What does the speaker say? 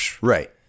Right